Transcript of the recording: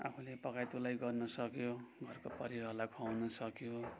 आफूले पकाइतुल्याई गर्नु सक्यो घरको परिवारलाई खुवाउनु सक्यो